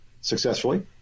successfully